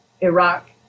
Iraq